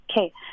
Okay